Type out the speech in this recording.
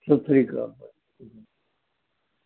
ਸਤਿ ਸ਼੍ਰੀ ਅਕਾਲ ਭਾਈ